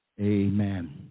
Amen